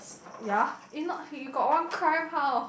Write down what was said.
ya if not he got one crime how